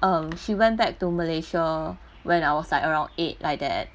um she went back to malaysia when I was like around eight like that